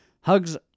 Hugs